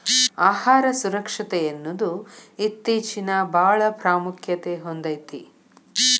ಆಹಾರ ಸುರಕ್ಷತೆಯನ್ನುದು ಇತ್ತೇಚಿನಬಾಳ ಪ್ರಾಮುಖ್ಯತೆ ಹೊಂದೈತಿ